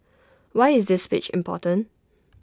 why is this speech important